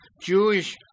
Jewish